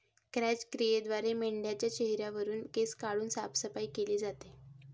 क्रॅच क्रियेद्वारे मेंढाच्या चेहऱ्यावरुन केस काढून साफसफाई केली जाते